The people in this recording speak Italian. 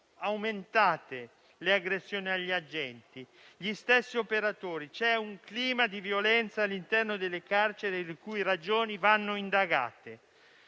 aumentate le aggressioni agli agenti e agli stessi operatori. C'è un clima di violenza all'interno delle carceri le cui ragioni vanno indagate,